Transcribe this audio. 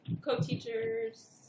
co-teachers